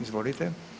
Izvolite.